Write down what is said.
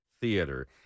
Theater